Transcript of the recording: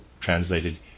translated